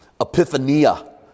epiphania